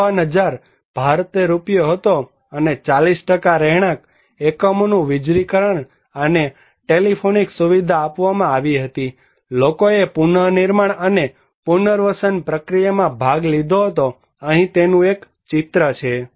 56000 ભારતીય રૂપિયા હતો અને 40 રહેણાક એકમોનું વીજળીકરણ અને ટેલિફોનિક સુવિધા આપવામાં આવી હતી અને લોકોએ પુનનિર્માણ અને પુનર્વસન પ્રક્રિયામાં ભાગ લીધો હતો અહીં તેનું એક ચિત્ર છે